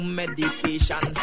medication